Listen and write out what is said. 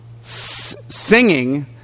singing